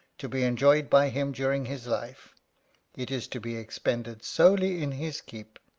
to be enjoyed by him during his life it is to be expended solely in his keep.